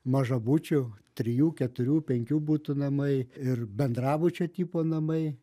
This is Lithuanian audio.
mažabučių trijų keturių penkių butų namai ir bendrabučio tipo namai